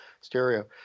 stereo